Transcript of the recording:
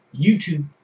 YouTube